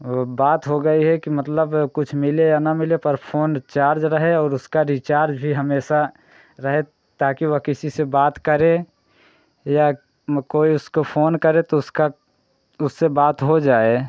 वह बात हो गई है कि मतलब कुछ मिले या ना मिले पर फ़ोन चार्ज रहे और उसका रीचार्ज भी हमेशा रहे ताकि वह किसी से बात करे या कोई उसको फ़ोन करे तो उसकी उससे बात हो जाए